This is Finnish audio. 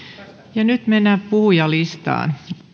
nyt mennään puhujalistaan